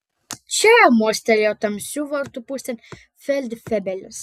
čia mostelėjo tamsių vartų pusėn feldfebelis